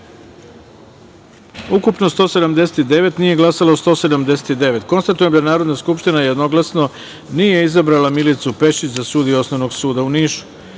ukupno – 179, nije glasalo 179.Konstatujem da Narodna skupština jednoglasno nije izabrala Milicu Pešić za sudiju Osnovnog suda u Nišu.8.